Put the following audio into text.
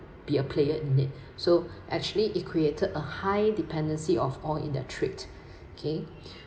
be a player in it so actually it created a high dependency of all in their trade okay